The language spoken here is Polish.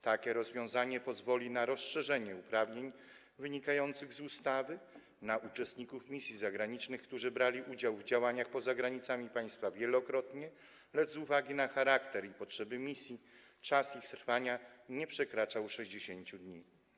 Takie rozwiązanie pozwoli na rozszerzenie uprawnień wynikających z ustawy na uczestników misji zagranicznych, którzy wielokrotnie brali udział w działaniach poza granicami państwa, lecz z uwagi na charakter i potrzeby misji czas ich trwania nie przekraczał 60 dni.